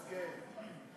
הכנסת